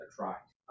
attract